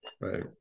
right